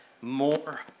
more